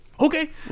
Okay